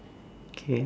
K